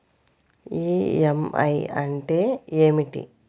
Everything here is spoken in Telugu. ఈ.ఎం.ఐ అంటే ఏమిటి?